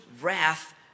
wrath